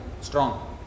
strong